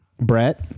Brett